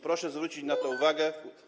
Proszę zwrócić na to uwagę.